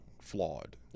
flawed